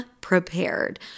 prepared